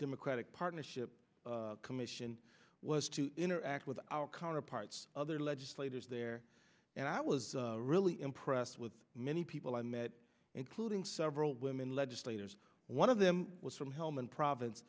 democratic partnership commission was to interact with our counterparts other legislators there and i was really impressed with many people i met including several women legislators one of them was from helmand province